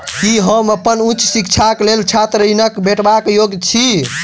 की हम अप्पन उच्च शिक्षाक लेल छात्र ऋणक भेटबाक योग्य छी?